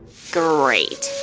great.